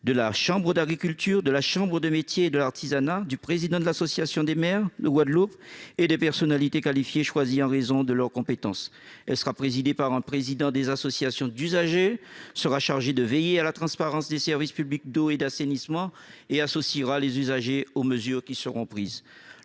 de la chambre d'agriculture, de la chambre de métiers et de l'artisanat, du président de l'association des maires de Guadeloupe et des personnalités qualifiées choisies en raison de leurs compétences. Elle sera présidée par un président des associations d'usagers, sera chargée de veiller à la transparence des services publics d'eau et d'assainissement et associera les usagers aux mesures qui seront prises.